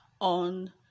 on